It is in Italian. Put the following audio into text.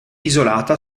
isolata